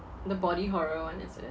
the body horror [one] is it